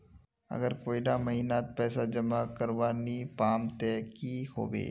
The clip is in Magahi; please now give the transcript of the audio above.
अगर कोई डा महीनात पैसा जमा करवा नी पाम ते की होबे?